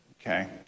Okay